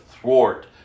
thwart